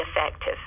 effective